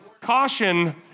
caution